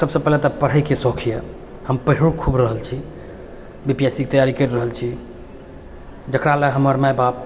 सबसँ पहिले तऽ पढ़ैके शौख यऽ हम पैढ़ो खूब रहल छी बी पी एस सी के तैयारी करि रहल छी जकरा लए हमर माय बाप